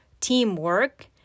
teamwork